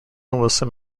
wilson